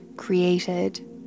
created